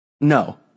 No